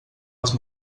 els